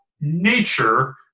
nature